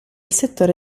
settore